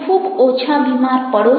તમે ખૂબ ઓછા બીમાર પડો છો